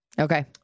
Okay